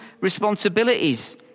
responsibilities